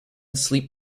sleep